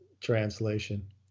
translation